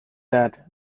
that